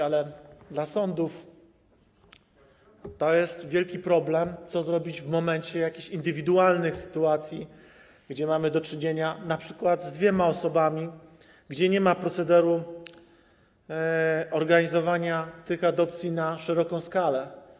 Ale dla sądów to jest wielki problem, co zrobić w momencie jakichś indywidualnych sytuacji, kiedy mamy do czynienia np. z dwiema osobami, kiedy nie ma procederu organizowania tych adopcji na szeroką skalę.